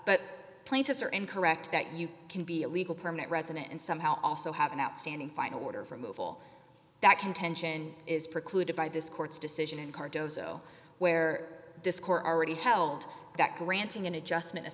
but plaintiffs are incorrect that you can be a legal permanent resident and somehow also have an outstanding final order for move all that contention is precluded by this court's decision in cardozo where this court already held that granting an adjustment